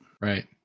Right